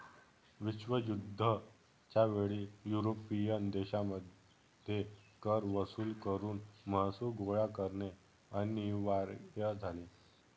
विश्वयुद्ध च्या वेळी युरोपियन देशांमध्ये कर वसूल करून महसूल गोळा करणे अनिवार्य झाले